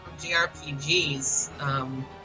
GRPGs